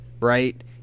right